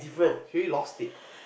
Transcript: she already lost it